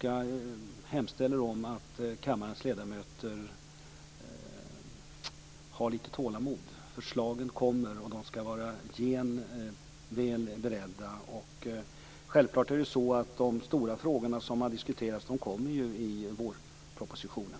Jag hemställer om att kammarens ledamöter har lite tålamod. Förslagen kommer. De skall vara väl beredda. Självklart är det så att de stora frågor som har diskuterats kommer i vårpropositionen.